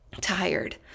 tired